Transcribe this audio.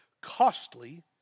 costly